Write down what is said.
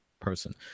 person